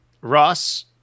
ross